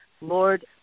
Lord